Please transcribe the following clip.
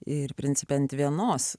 ir principe ant vienos